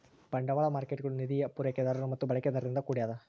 ಬಂಡವಾಳ ಮಾರ್ಕೇಟ್ಗುಳು ನಿಧಿಯ ಪೂರೈಕೆದಾರರು ಮತ್ತು ಬಳಕೆದಾರರಿಂದ ಕೂಡ್ಯದ